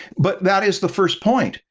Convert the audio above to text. but that is the first point.